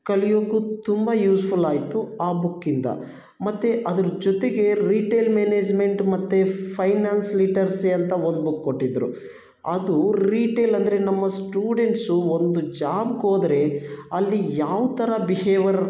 ಕಲಿಯೋಕ್ಕು ತುಂಬ ಯೂಸ್ಫುಲ್ ಆಯಿತು ಆ ಬುಕ್ಕಿಂದ ಮತ್ತು ಅದ್ರ ಜೊತೆಗೆ ರೀಟೇಲ್ ಮೇನೇಜ್ಮೆಂಟ್ ಮತ್ತು ಫೈನಾನ್ಸ್ ಲಿಟರ್ಸಿ ಅಂತ ಒಂದು ಬುಕ್ ಕೊಟ್ಟಿದ್ದರು ಅದು ರ್ರೀಟೇಲ್ ಅಂದರೆ ನಮ್ಮ ಸ್ಟೂಡೆಂಟ್ಸು ಒಂದು ಜಾಬ್ಗೆ ಹೋದ್ರೆ ಅಲ್ಲಿ ಯಾವ ಥರ ಬಿಹೇವರ್